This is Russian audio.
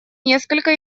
несколько